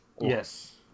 Yes